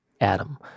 Adam